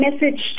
message